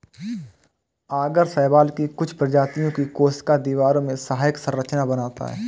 आगर शैवाल की कुछ प्रजातियों की कोशिका दीवारों में सहायक संरचना बनाता है